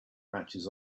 matches